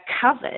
covered